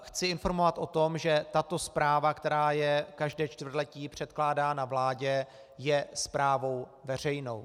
Chci informovat o tom, že tato zpráva, která je každé čtvrtletí předkládána vládě, je zprávou veřejnou.